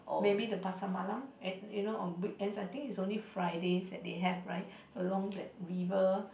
maybe the Pasar Malam at you know on weekends I think is only Friday they have right along the river